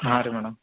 ಹಾಂ ರೀ ಮೇಡಮ್